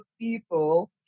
people